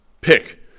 pick